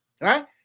Right